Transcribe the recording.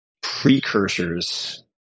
precursors